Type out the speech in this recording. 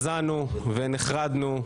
הזדעזענו ונחרדנו,